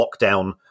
lockdown